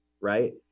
right